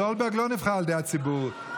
סולברג לא נבחר על ידי הציבור,